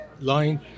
line